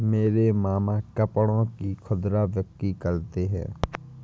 मेरे मामा कपड़ों की खुदरा बिक्री करते हैं